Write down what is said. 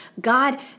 God